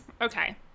Okay